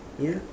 you